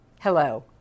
Hello